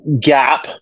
gap